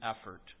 effort